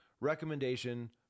recommendation